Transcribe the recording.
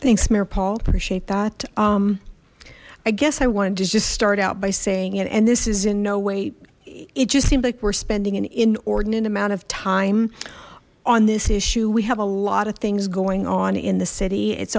a shape that i guess i wanted to just start out by saying and this is in no way it just seems like we're spending an inordinate amount of time on this issue we have a lot of things going on in the city it's